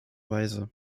weise